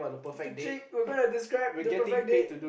the cheek we're going to describe the perfect date